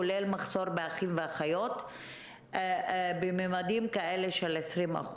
כולל מחסור באחים ואחיות בממדים כאלה של 20%,